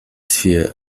sphere